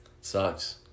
Sucks